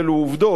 אלו עובדות.